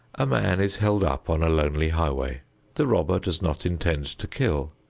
a man is held up on a lonely highway the robber does not intend to kill.